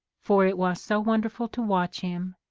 for it was so wonderful to watch him,